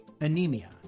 anemia